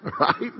right